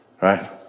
right